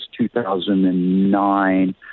2009